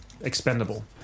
expendable